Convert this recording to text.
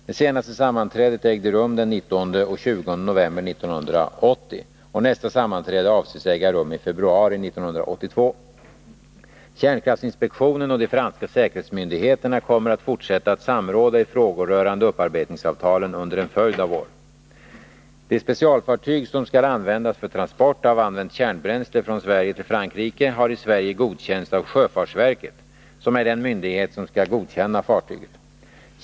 Det senaste sammanträdet ägde rum den 19-20 november 1980 och nästa sammanträde avses äga rum i februari 1982. Kärnkraftsinspektionen och de franska säkerhetsmyndigheterna kommer att fortsätta att samråda i frågor rörande upparbetningsavtalen under en följd av år. De specialfartyg som skall användas för transport av använt kärnbränsle från Sverige till Frankrike har i Sverige godkänts av sjöfartsverket, som är den myndighet som skall godkänna fartyget.